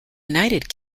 united